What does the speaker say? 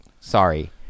sorry